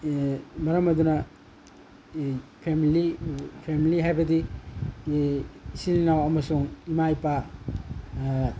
ꯃꯔꯝ ꯑꯗꯨꯅ family family ꯍꯥꯏꯕꯗꯤ ꯏꯆꯤꯟ ꯏꯅꯥꯎ ꯑꯃꯁꯨꯡ ꯏꯃꯥ ꯏꯄꯥ